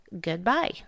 Goodbye